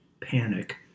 panic